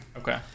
Okay